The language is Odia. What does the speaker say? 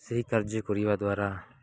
ସେହି କାର୍ଯ୍ୟ କରିବା ଦ୍ୱାରା